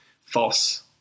false